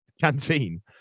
canteen